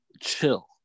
chill